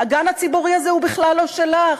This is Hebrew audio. הגן הציבורי הזה הוא בכלל לא שלך,